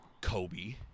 Kobe